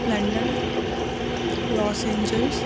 London los angels